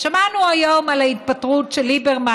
שמענו היום על ההתפטרות של ליברמן,